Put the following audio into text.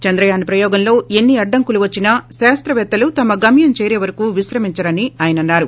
చంద్రయాస్ ప్రయోగంలో ఎన్ని అడ్డంకులు వచ్చినా శాస్తవేత్తలు తమ గమ్యం చేరేవరకు విశ్రమించరని ఆయన అన్నారు